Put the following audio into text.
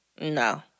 No